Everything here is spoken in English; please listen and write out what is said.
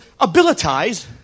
abilitize